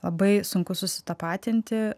labai sunku susitapatinti